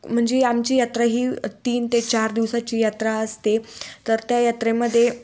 म्हणजे आमची यात्रा ही तीन ते चार दिवसाची यात्रा असते तर त्या यात्रेमध्ये